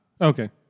Okay